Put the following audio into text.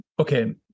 Okay